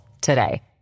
today